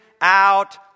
Out